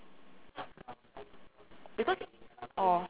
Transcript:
because oh